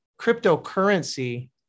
cryptocurrency